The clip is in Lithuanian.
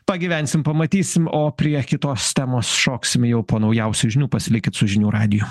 pagyvensim pamatysim o prie kitos temos šoksim jau po naujausių žinių pasilikit su žinių radiju